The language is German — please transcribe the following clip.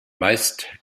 meist